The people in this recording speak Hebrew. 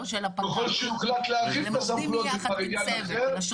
ככל שיוחלט להרחיב את הסמכויות זה כבר עניין אחר.